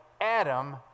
Adam